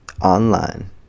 online